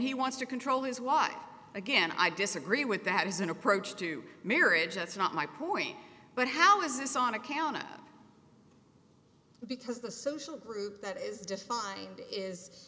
he wants to control his wife again i disagree with that as an approach to marriage that's not my point but how is this on account of because the social group that is defined is